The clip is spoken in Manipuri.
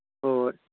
ꯍꯣꯏ ꯍꯣꯏ